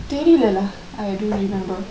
தெரியல:therila lah I don't remember